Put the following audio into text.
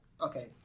Okay